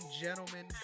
gentlemen